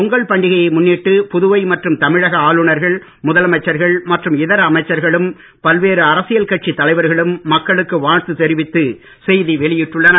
பொங்கல் பண்டிகையை முன்னிட்டு புதுவை மற்றும் தமிழக ஆளுநர்கள் முதலமைச்சர்கள் மற்றும் இதர அமைச்சர்களும் பல்வேறு அரசியல் கட்சித் தலைவர்களும் மக்களுக்கு வாழ்த்து தெரிவித்து செய்தி வெளியிட்டுள்ளனர்